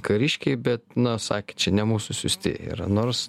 kariškiai bet na sakė čia ne mūsų siųsti ir nors